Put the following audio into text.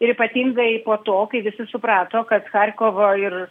ir ypatingai po to kai visi suprato kad charkovo ir